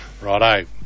Righto